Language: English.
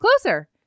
closer